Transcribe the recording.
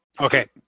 Okay